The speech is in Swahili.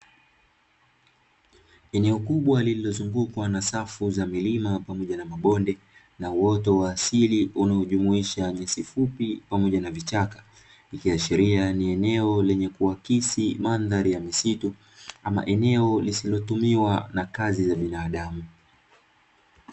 Eneo kubwa lililo zungukwa na safu za milima pamoja na mabonde, na uoto wa asili unaojumuisha nyasi fupi pamoja na vichaka, ikiashiria ni eneo lenye kuakisi mandhari ya misitu, ama eneo lisilotumiwa na kazi za binadamu.